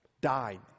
died